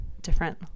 different